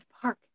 park